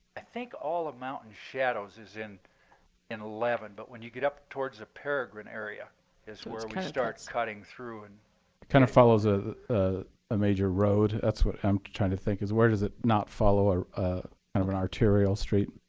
ah all of mountain shadows is in in eleven, but when you get up towards the peregrine area is where we start cutting through and kind of follows a ah ah major road. that's what i'm trying to think, is where does it not follow ah ah an arterial street?